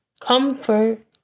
comfort